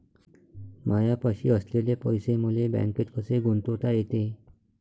मायापाशी असलेले पैसे मले बँकेत कसे गुंतोता येते?